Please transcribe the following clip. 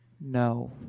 No